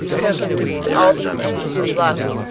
tokens, and all these engines of lust,